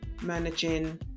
managing